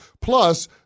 Plus